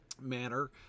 manner